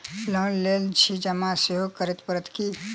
Loan लेल किछ जमा सेहो करै पड़त की?